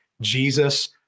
Jesus